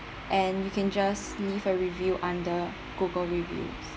and you can just leave a review under google reviews